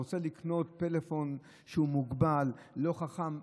הוא רוצה לקנות פלאפון שהוא מוגבל ולא חכם,